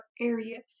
areas